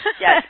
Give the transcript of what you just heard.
Yes